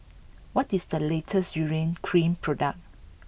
what is the latest Urea Cream product